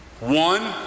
One